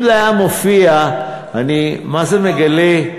אם זה היה מופיע, זה חלק,